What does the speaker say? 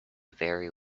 very